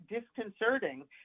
disconcerting